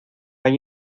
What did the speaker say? hay